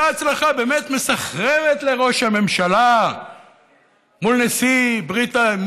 הייתה הצלחה מסחררת לראש הממשלה מול נשיא ברית,